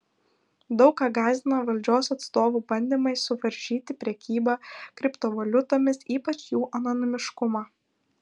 daug ką gąsdina valdžios atstovų bandymai suvaržyti prekybą kriptovaliutomis ypač jų anonimiškumą